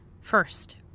First